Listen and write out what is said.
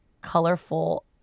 colorful